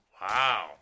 Wow